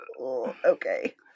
okay